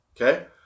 okay